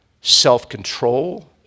self-control